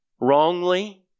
wrongly